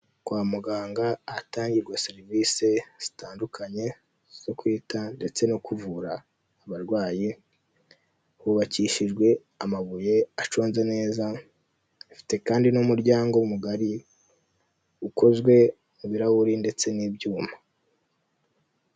Kwa muganga ahatangirwa serivise zitandukanye zo kwita ndetse no kuvura abarwayi, hubakishijwe amabuye aconze neza, afite kandi n'umuryango mugari ukozwe mu birahuri ndetse n'ibyuma.